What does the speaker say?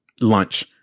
lunch